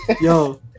Yo